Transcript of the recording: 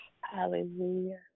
Hallelujah